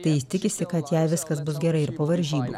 tai jis tikisi kad jai viskas bus gerai ir po varžybų